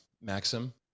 maxim